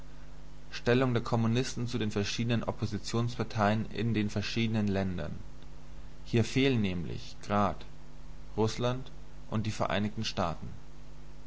stellung der kommunisten zu den verschiedenen oppositionsparteien in den verschiedenen ländern hier fehlen nämlich grad rußland und die vereinigten staaten